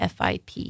FIP